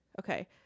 Okay